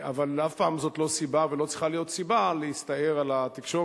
אבל אף פעם זאת לא סיבה ולא צריכה להיות סיבה להסתער על התקשורת,